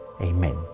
Amen